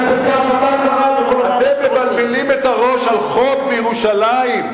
אתם מבלבלים את הראש על חוק בירושלים.